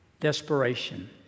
desperation